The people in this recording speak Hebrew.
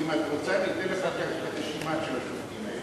אם את רוצה אני אתן לך אחר כך את הרשימה של השופטים האלה.